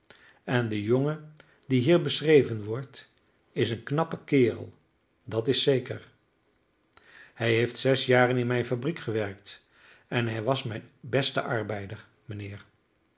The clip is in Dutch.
en de jongen die hier beschreven wordt is een knappe kerel dat is zeker hij heeft zes jaren in mijne fabriek gewerkt en hij was mijn beste arbeider mijnheer